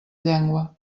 llengua